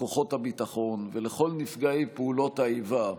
וכוחות הביטחון ולכל נפגעי פעולות האיבה,